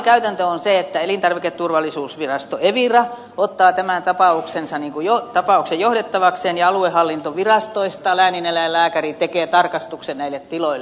normaalikäytäntö on se että elintarviketurvallisuusvirasto evira ottaa tapauksen johdettavakseen ja aluehallintovirastoista läänineläinlääkäri tekee tarkastuksen näille tiloille